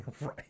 Right